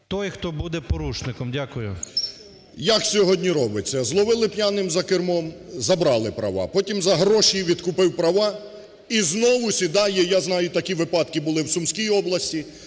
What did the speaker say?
той, хто буде порушником? Дякую. 10:55:23 ЛЯШКО О.В. Як сьогодні робиться? Зловили п'яним за кермом – забрали права. Потім за гроші відкупив права і знову сідає. Я знаю, такі випадки були в Сумській області,